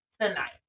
tonight